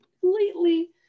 completely